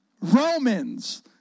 Romans